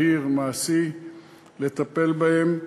מהיר ומעשי לטפל בהן,